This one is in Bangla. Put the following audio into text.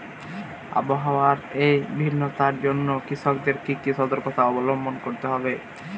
আবহাওয়ার এই ভিন্নতার জন্য কৃষকদের কি কি সর্তকতা অবলম্বন করতে হবে?